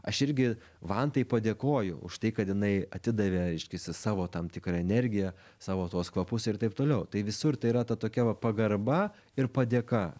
aš irgi vantai padėkoju už tai kad jinai atidavė reiškiasi savo tam tikrą energiją savo tuos kvapus ir taip toliau tai visur tai yra ta tokia va pagarba ir padėka